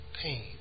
pain